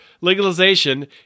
legalization